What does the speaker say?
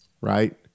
right